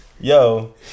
Yo